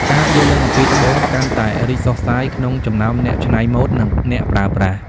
ការយល់ដឹងអំពីត្បូង កាន់តែរីកសុះសាយក្នុងចំណោមអ្នកច្នៃម៉ូដ និងអ្នកប្រើប្រាស់។